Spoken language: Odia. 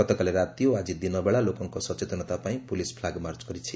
ଗତକାଲି ରାତି ଓ ଆକି ଦିନବେଳା ଲୋକଙ୍କ ସଚେତନତା ପାଇଁ ପୋଲିସ ଫ୍ଲାଗମାର୍ଚ କରାଯାଇଛି